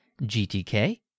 GTK